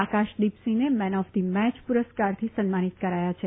આકાશદીપસિંહને man of the match પુરસ્કારથી સન્માનીત કરાયા છે